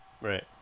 Right